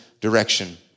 direction